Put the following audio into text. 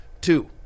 two